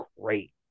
great